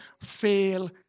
fail